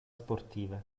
sportive